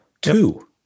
Two